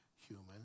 human